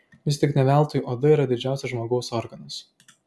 vis tik ne veltui oda yra didžiausias žmogaus organas